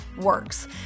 works